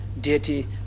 deity